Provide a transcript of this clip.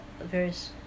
various